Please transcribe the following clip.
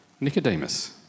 Nicodemus